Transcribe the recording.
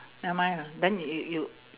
never mind lah then you you you